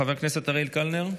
חבר הכנסת אריאל קלנר,